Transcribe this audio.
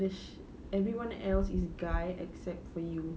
this everyone else is guy except for you